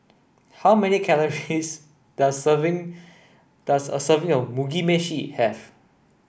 how many calories does serving does a serving of Mugi Meshi have